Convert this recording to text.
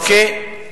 אוקיי?